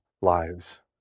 lives